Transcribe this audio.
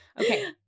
okay